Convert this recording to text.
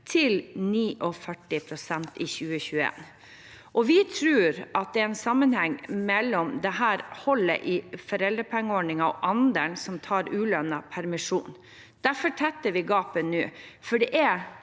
til 49 pst. i 2021. Vi tror at det er en sammenheng mellom dette hullet i foreldrepengeordningen og andelen som tar ulønnet permisjon. Derfor tetter vi gapet nå.